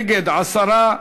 נגד, 10,